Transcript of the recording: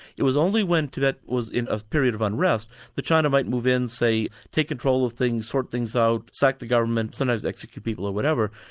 it was only when tibet was in a period of unrest that china might move in say, take control of things, sort things out, sack the government, sometimes execute people or whatever.